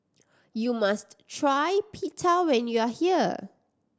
you must try Pita when you are here